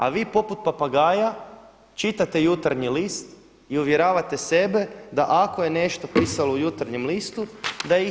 A vi poput papagaja čitate Jutarnji list i uvjeravate sebe da ako je nešto pisalo u Jutarnjem listu da je istina.